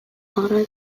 haurrek